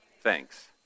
Thanks